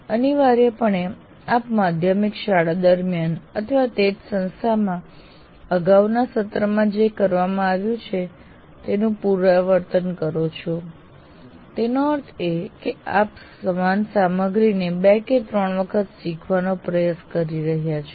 અનિવાર્યપણે આપ માધ્યમિક શાળા દરમિયાન અથવા તે જ સંસ્થામાં અગાઉના સત્રમાં જે કરવામાં આવ્યું છે તેનું પુનરાવર્તન કરો છો તેનો અર્થ એ કે આપ સમાન સામગ્રીને બે કે ત્રણ વખત શીખવવાનો પ્રયાસ કરી રહ્યા છો